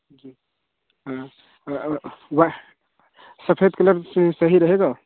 जी हाँ सफेद कलर से सही रहेगा